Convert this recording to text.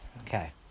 Okay